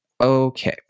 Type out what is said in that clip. Okay